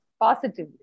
positively